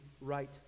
right